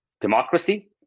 democracy